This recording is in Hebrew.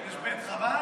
יש בית חב"ד?